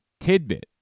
tidbit